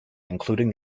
including